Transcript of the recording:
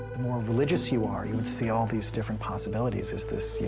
more religious you are, you would see all these different possibilities. is this, yeah